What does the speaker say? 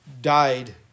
died